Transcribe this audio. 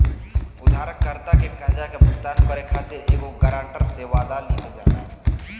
उधारकर्ता के कर्जा के भुगतान करे खातिर एगो ग्रांटर से, वादा लिहल जाला